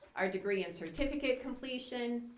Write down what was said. our degree and certificate completion.